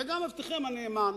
וגם עבדכם הנאמן,